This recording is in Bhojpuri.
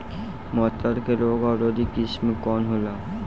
मटर के रोग अवरोधी किस्म कौन होला?